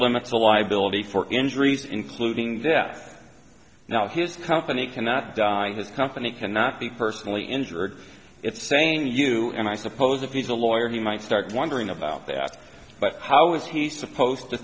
limits a liability for injuries including death now his company cannot die this company cannot be personally injured it's saying you and i suppose if he's a lawyer he might start wondering about that but how is he supposed to